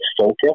focus